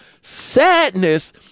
sadness